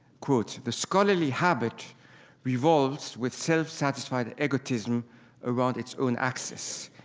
quote, the scholarly habit revolves with self-satisfied egotism around its own axis.